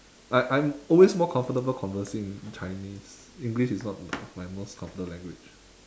I I'm always more comfortable conversing in chinese english is not my most confident language